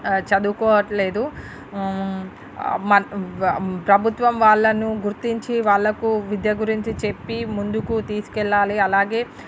చదువుకోవట్లేదు మన్ వ ప్రభుత్వం వాళ్లను గుర్తించి వాళ్లకు విద్య గురించి చెప్పి ముందుకు తీసుకెళ్లాలి అలాగే